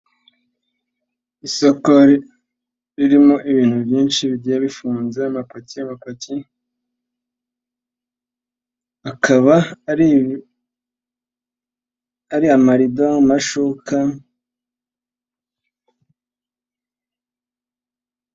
Isoko ririmo ibintu byinshi bigiye bifunze amapaki, amapaki, akaba ari amarido, amashuka.